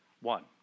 One